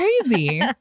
crazy